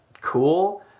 cool